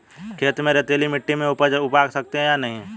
खेत में रेतीली मिटी में उपज उगा सकते हैं या नहीं?